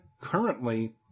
Currently